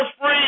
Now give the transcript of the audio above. free